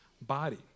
body